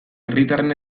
herritarren